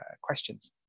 questions